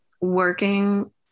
working